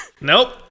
Nope